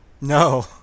No